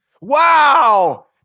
Wow